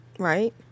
Right